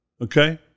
Okay